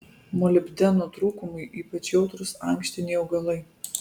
molibdeno trūkumui ypač jautrūs ankštiniai augalai